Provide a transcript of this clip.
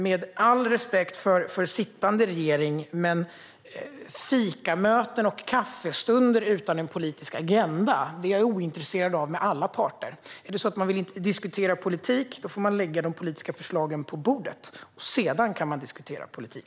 Med all respekt för sittande regering, men fikamöten och kaffestunder utan en politisk agenda är jag ointresserad av med alla parter. Vill man diskutera politik får man lägga de politiska förslagen på bordet - och sedan kan man diskutera politik.